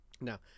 now